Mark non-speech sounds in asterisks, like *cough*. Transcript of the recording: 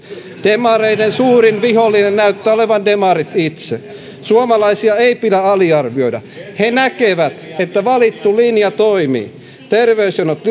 demareiden suurin vihollinen näyttää olevan demarit itse suomalaisia ei pidä aliarvioida he näkevät että valittu linja toimii terveysjonot *unintelligible*